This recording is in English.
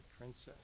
Princess